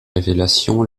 révélations